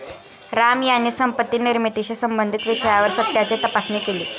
राम यांनी संपत्ती निर्मितीशी संबंधित विषयावर सत्याची तपासणी केली